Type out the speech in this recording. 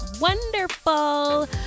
Wonderful